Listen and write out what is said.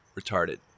retarded